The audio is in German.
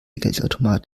geldautomat